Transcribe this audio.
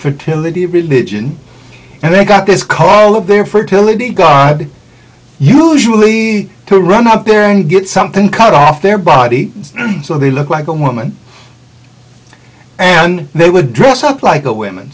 fertility of religion and they got this call of their fertility god usually to run up there and get something cut off their body so they look like a woman and they would dress up like a women